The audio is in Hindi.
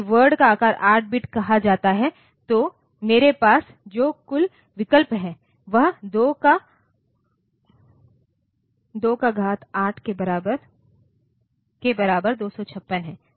यदि वर्ड का आकार 8 बिट कहा जाता है तो मेरे पास जो कुल विकल्प हैं वह 28 के बराबर 256 है